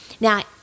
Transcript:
Now